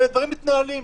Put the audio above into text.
ודברים מתנהלים.